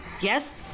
Yes